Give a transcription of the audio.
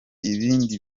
ibindi